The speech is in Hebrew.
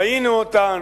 ראינו אותן,